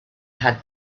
had